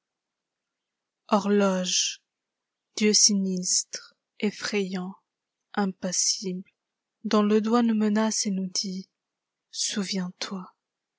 horloge dieu sinistre effrayant impassible dont le doigt nous menace et nous dit souviens loi